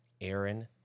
Aaron